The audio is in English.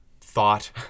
thought